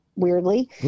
weirdly